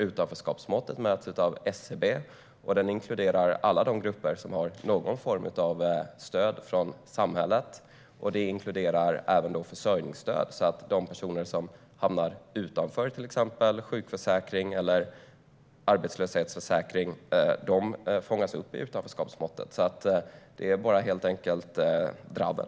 Utanförskapet mäts av SCB, och måttet inkluderar alla de grupper som har någon form av stöd från samhället - även dem med försörjningsstöd. De personer som hamnar utanför exempelvis sjukförsäkring eller arbetslöshetsförsäkring fångas alltså upp i utanförskapsmåttet. Det Ali Esbati säger är helt enkelt dravel.